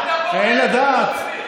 אין לדעת.